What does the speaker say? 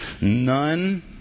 None